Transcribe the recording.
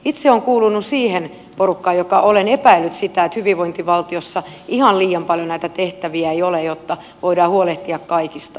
itse olen kuulunut siihen porukkaan joka on epäillyt että hyvinvointivaltiossa ihan liian paljon näitä tehtäviä ei ole jotta voidaan huolehtia kaikista